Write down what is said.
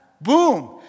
Boom